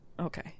Okay